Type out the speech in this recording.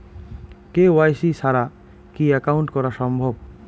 KYC ছাড়া কি account করা সম্ভব?